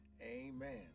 Amen